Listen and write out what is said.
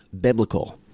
biblical